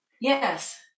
Yes